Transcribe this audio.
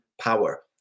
power